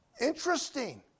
Interesting